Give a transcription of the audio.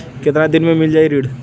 कितना दिन में मील जाई ऋण?